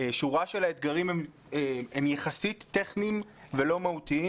השורה של האתגרים הם יחסית טכניים ולא מהותיים